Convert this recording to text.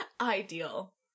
Ideal